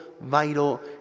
vital